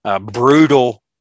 Brutal